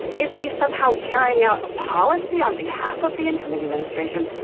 is he somehow carrying out a policy on behalf of the incoming administration?